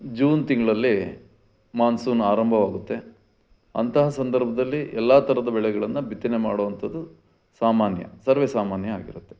June ತಿಂಗಳಲ್ಲಿ monsoon ಆರಂಭವಾಗುತ್ತೆ ಅಂತಹ ಸಂದರ್ಭದಲ್ಲಿ ಎಲ್ಲ ಥರದ ಬೆಳೆಗಳನ್ನು ಬಿತ್ತನೆ ಮಾಡೋವಂಥದ್ದು ಸಾಮಾನ್ಯ ಸರ್ವೇಸಾಮಾನ್ಯ ಆಗಿರುತ್ತೆ